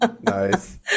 Nice